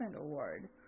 Award